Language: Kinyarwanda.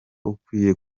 ukwiye